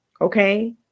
okay